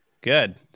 Good